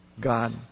God